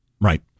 Right